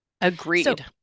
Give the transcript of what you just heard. agreed